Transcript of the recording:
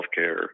healthcare